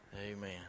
Amen